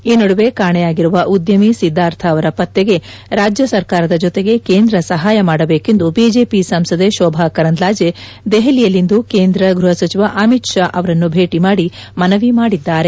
ಈ ನಡುವೆ ಕಾಣೆಯಾಗಿರುವ ಉದ್ಯಮಿ ಸಿದ್ದಾರ್ಥ ಅವರ ಪತ್ತೆಗೆ ರಾಜ್ಯ ಸರ್ಕಾರದ ಜೊತೆಗೆ ಕೇಂದ್ರ ಸಹಾಯ ಮಾಡಬೇಕೆಂದು ಬಿಜೆಪಿ ಸಂಸದೆ ಶೋಭಾಕರಂದ್ಲಾಜೆ ದೆಹಲಿಯಲ್ಲಿಂದು ಕೇಂದ್ರ ಗೃಹ ಸಚಿವ ಅಮಿತ್ ಶಾ ಅವರನ್ನು ಭೇಟಿ ಮಾಡಿ ಮನವಿ ಮಾಡಿದ್ದಾರೆ